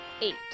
Eight